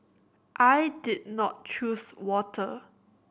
I did not choose water